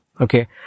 Okay